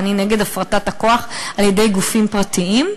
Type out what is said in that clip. ואני נגד הפרטת הכוח על-ידי גופים פרטיים,